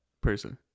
person